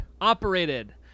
operated